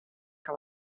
que